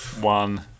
one